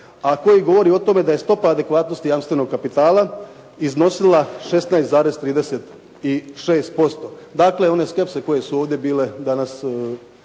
a koji govori o tome da je stopa adekvatnosti jamstvenog kapitala iznosila 16,36%. Dakle one skepse koje su ovdje bile danas